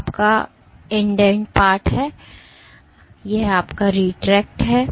तो यह आपका इंडेंट पार्ट है और यह आपका retract है